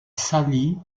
sally